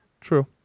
True